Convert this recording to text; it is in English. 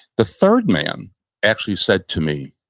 the third man actually said to me,